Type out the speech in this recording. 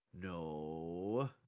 no